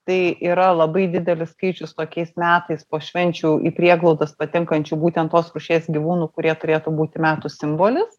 tai yra labai didelis skaičius tokiais metais po švenčių į prieglaudas patenkančių būtent tos rūšies gyvūnų kurie turėtų būti metų simbolis